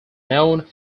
known